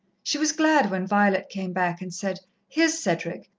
she was glad when violet came back and said here's cedric.